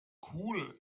cool